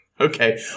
Okay